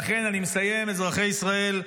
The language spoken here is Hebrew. לכן, אני מסיים, אזרחי ישראל,